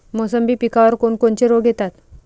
मोसंबी पिकावर कोन कोनचे रोग येतात?